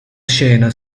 scena